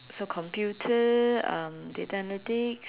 so computer um data analytics